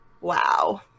wow